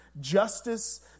justice